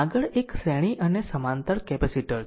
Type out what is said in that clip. આગળ એક શ્રેણી અને સમાંતર કેપેસિટર છે